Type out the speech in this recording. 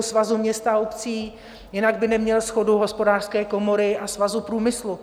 Svazu měst a obcí, jinak by neměl shodu Hospodářské komory a Svazu průmyslu.